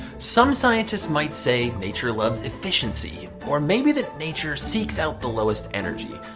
some scientists might say nature loves efficiency. or maybe that nature seeks out the lowest energy.